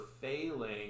failing